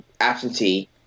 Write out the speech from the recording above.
absentee